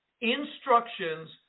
instructions